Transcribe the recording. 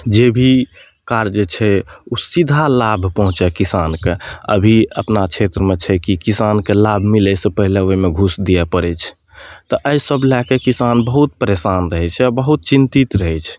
जे भी कार्य जे छै ओ सीधा लाभ पहुँचै किसानके अभी अपना छेत्रमे छै कि किसानके लाभ मिलैसँ पहिले ओहिमे घूस दियै पड़ैत छै तऽ एहि सभ लैके किसान बहुत परेशान रहै छै आ बहुत चिन्तित रहै छै